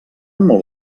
molt